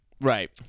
Right